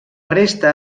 resta